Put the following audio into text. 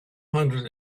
hundred